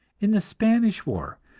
in the spanish war,